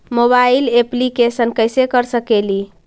Mobile application कैसे कर सकेली?